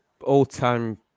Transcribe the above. all-time